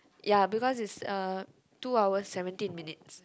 ya because is uh two hours seventeen minutes